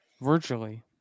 Virtually